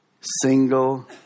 single